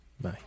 Bye